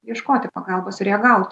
ieškoti pagalbos ir ją gauti